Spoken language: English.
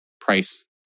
price